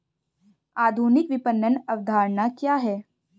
आधुनिक विपणन अवधारणा क्या है?